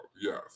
Yes